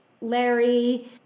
Larry